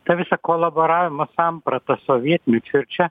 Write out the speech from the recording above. tą visą kolaboravimo sampratą sovietmečiu ir čia